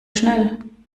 schnell